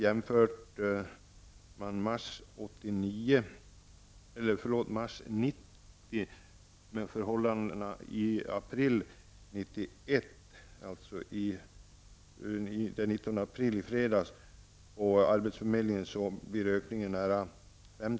Jämför man mars 1990 med förhållandena i april 1991, dvs.